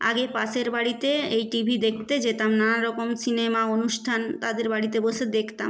আগে পাশের বাড়িতে এই টিভি দেখতে যেতাম নানা রকম সিনেমা অনুষ্ঠান তাদের বাড়িতে বসে দেখতাম